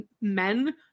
men